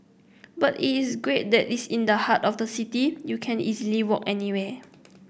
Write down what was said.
but it is great that it's in the heart of the city you can easily walk anywhere